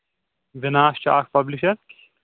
وِناس چھُ اکھ پَبلِشر